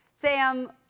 Sam